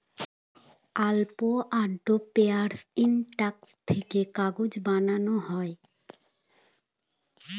pulp and paper industry থেকে কাগজ বানানো হয়